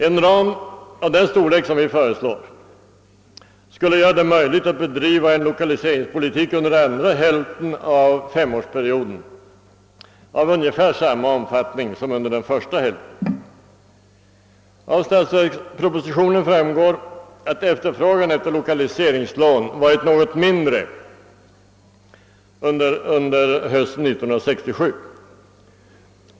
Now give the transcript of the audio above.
En ram av den storlek som vi föreslår skulle göra det möjligt att under andra hälften av femårsperioden bedriva en lokaliseringspolitik av ungefär samma omfattning som under den första hälften av denna period. Av statsverkspropositionen framgår att efterfrågan på lokaliseringslån varit något mindre under hösten 1967.